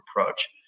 approach